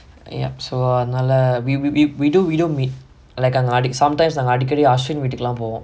yup so அதுனால:athunaala we we we we don't we don't meet like sometimes நாங்க அடிக்கடி:naanga adikkadi ashwin வீட்டுக்கு எல்லாம் போவோம்:veetukku ellaam povom